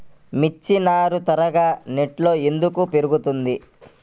మిర్చి నారు త్వరగా నెట్లో ఎందుకు పెరుగుతుంది?